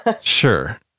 Sure